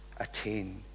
attain